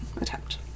attempt